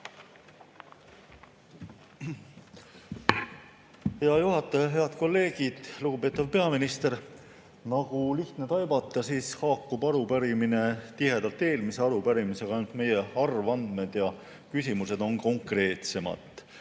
Hea juhataja! Head kolleegid! Lugupeetav peaminister! Nagu lihtne taibata, haakub arupärimine tihedalt eelmise arupärimisega, ainult meie arvandmed ja küsimused on konkreetsemad.